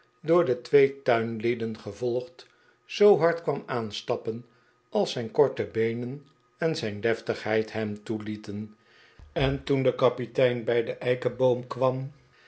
door de twee tuinlieden gevolgd zoo hard kwam aanstappen als zijn korte beenen en zijn deftigheid hem toelieten en toen de kapitein bij den eikeboom kwam